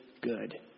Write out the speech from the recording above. good